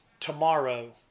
Tomorrow